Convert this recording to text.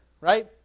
right